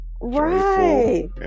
Right